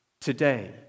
Today